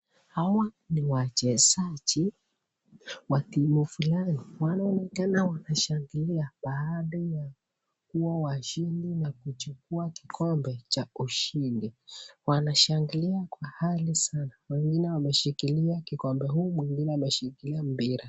Hawa ni wachezaji wa timu fulani wanaonekana wanashangilia baada ya kuwa washindi na kuchukua kikombe cha ushindi. Wanashangilia kwa hali sana wengine wameshikilia kikombe huyu mwingine ameshikilia mpira.